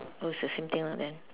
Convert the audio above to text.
oh it's the same thing lah then